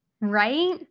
Right